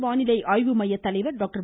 வானிலை ஆய்வு மைய தலைவர் டாக்டர்